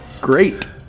great